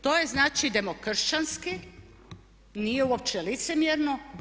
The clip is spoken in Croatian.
To je znači demokršćanski, nije uopće licemjerno.